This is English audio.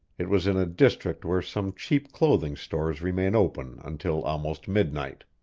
it was in a district where some cheap clothing stores remain open until almost midnight.